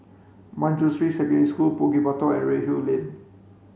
Manjusri Secondary School Bukit Batok and Redhill Lane